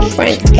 Frank